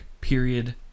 Period